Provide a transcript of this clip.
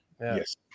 Yes